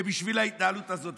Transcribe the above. בשביל ההתנהלות הזאת.